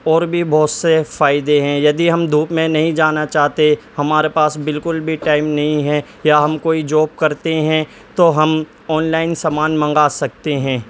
اور بھی بہت سے فائدے ہیں یدی ہم دھوپ میں نہیں جانا چاہتے ہمارے پاس بالکل بھی ٹائم نہیں ہے یا ہم کوئی جاب کرتے ہیں تو ہم آنلائن سامان منگا سکتے ہیں